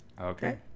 Okay